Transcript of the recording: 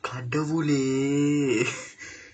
கடவுளே:kadavulee